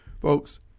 Folks